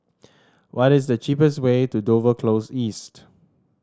what is the cheapest way to Dover Close East